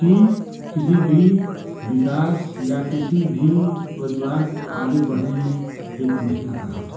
की किसी भी विकास या किसी भी परिवार को आगे बढ़ने में एक महिला का हाथ होता है